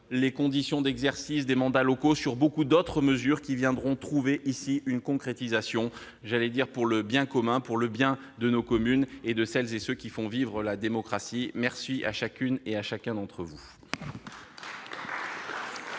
les conditions d'exercice des mandats locaux. Beaucoup d'autres mesures viendront trouver ici une concrétisation pour le bien commun, pour le bien de nos communes et de celles et de ceux qui font vivre la démocratie. Merci à chacune et à chacun d'entre vous